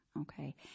Okay